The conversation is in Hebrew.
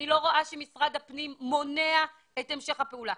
אני לא רואה שמשרד הפנים מונע את המשך הפעולה.